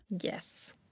Yes